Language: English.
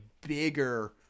bigger